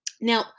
Now